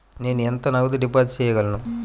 నేను ఎంత నగదు డిపాజిట్ చేయగలను?